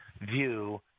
view